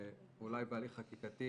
ואולי בהליך חקיקתי